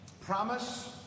promise